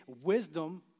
wisdom